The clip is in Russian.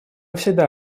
всегда